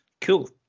cool